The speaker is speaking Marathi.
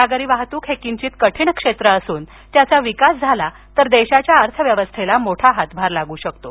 सागरी वाहतूक हे किंचित कठीण क्षेत्र असून त्याचा विकास झाल्यास देशाच्या अर्थव्यवस्थेला मोठा हातभार लागू शकतो